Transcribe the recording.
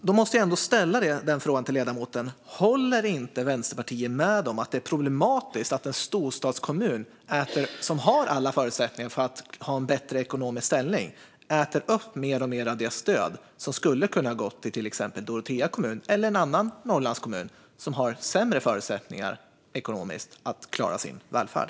Då måste jag ändå ställa frågan till ledamoten: Håller inte Vänsterpartiet med om att det är problematiskt att en storstadskommun som har alla förutsättningar att ha en bättre ekonomisk ställning äter upp mer och mer av det stöd som skulle kunna ha gått till exempelvis Dorotea kommun eller någon annan Norrlandskommun som har sämre ekonomiska förutsättningar att klara sin välfärd?